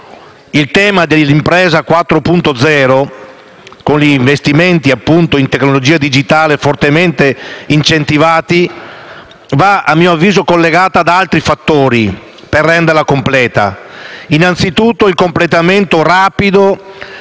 Il tema dell'impresa 4.0, con investimenti in tecnologia digitale fortemente incentivati, va - a mio avviso - collegato ad altri fattori per renderlo completo. E mi riferisco, innanzitutto, al completamento rapido